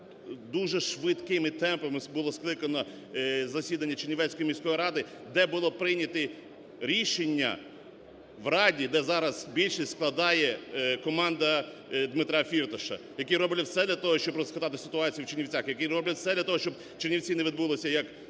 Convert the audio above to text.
дуже швидкими темпами було скликано засідання Чернівецької міської ради, де було прийнято рішення в раді, де зараз більшість складає команда Дмитра Фірташа, які роблять все для того, щоб розхитати ситуацію в Чернівцях, які роблять все для того, щоб Чернівці не відбулося як європейське